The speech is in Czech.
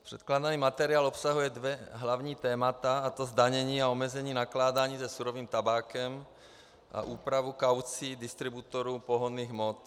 Předkládaný materiál obsahuje dvě hlavní témata, a to zdanění a omezení nakládání se surovým tabákem a úpravu kaucí distributorů pohonných hmot.